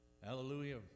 Hallelujah